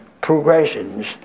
progressions